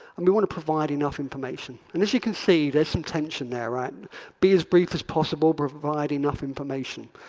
and we want to provide enough information. and as you can see, there's some tension there. ah and be as brief as possible, provide enough information.